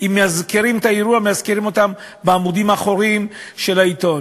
אם מאזכרים את האירוע מאזכרים אותו בעמודים האחוריים של העיתון.